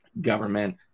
government